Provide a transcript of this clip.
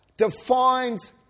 defines